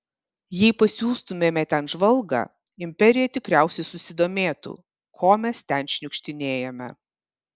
jei pasiųstumėme ten žvalgą imperija tikriausiai susidomėtų ko mes ten šniukštinėjame